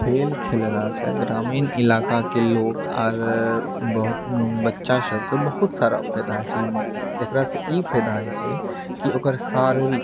खेल खेललासँ ग्रामीण ईलाकाके लोग आर बहुत बच्चा सबके बहुत सारा फायदा छै एकरासँ ई फायदा होइत छै की ओकर शारीरिक